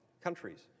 countries